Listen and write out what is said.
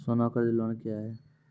सोना कर्ज लोन क्या हैं?